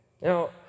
Now